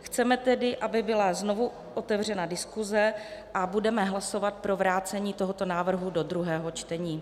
Chceme tedy, aby byla znovu otevřena diskuse, a budeme hlasovat pro vrácení tohoto návrhu do druhého čtení.